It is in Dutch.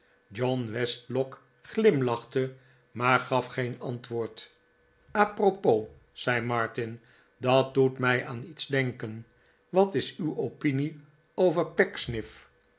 john westlock glimlachte maar gaf geen antwoord a propos zei martin dat doet mij aan iets denken wat is uw opinie over